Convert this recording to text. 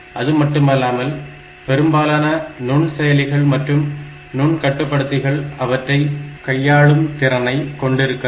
அதுமட்டுமில்லாமல் பெரும்பாலான நுண்செயலிகள் மற்றும் நுண்கட்டுப்படுத்திகள் அவற்றை கையாளும் திறனை கொண்டிருக்காது